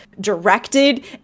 directed